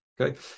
Okay